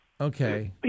Okay